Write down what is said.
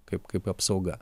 kaip kaip apsauga